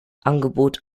angebot